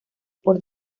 por